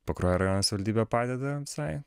pakruojo rajono savivaldybė padeda visai